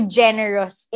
generous